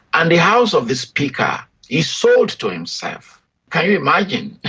and the house of the speaker he sold to himself can you imagine?